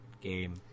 game